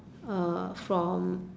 uh from